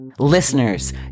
Listeners